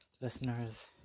listeners